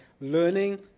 learning